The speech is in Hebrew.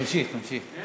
תמשיך, תמשיך.